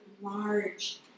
large